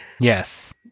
Yes